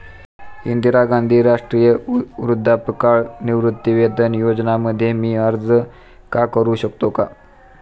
इंदिरा गांधी राष्ट्रीय वृद्धापकाळ निवृत्तीवेतन योजना मध्ये मी अर्ज का करू शकतो का?